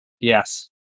Yes